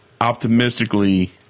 optimistically